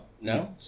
no